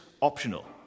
optional